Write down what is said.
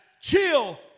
chill